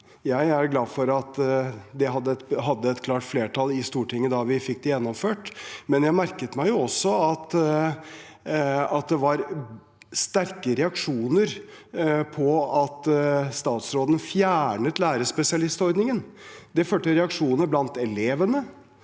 Jeg er glad for at den hadde et klart flertall i Stortinget da vi fikk det gjennomført, men jeg merket meg også at det var sterke reaksjoner på at statsråden fjernet lærerspesialistordningen. Det førte til reaksjoner blant elevene,